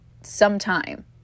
sometime